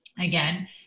Again